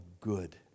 good